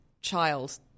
child